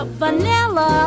vanilla